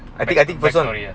I think I think this one